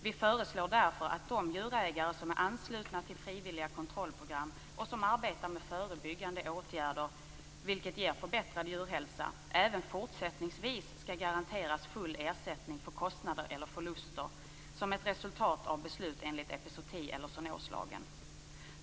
Vi föreslår därför att de djurägare som är anslutna till frivilliga kontrollprogram och som arbetar med förebyggande åtgärder, vilket ger förbättrad djurhälsa, även fortsättningsvis skall garanteras full ersättning för kostnader eller förluster som ett resultat av ett beslut enligt epizooti eller zoonoslagen.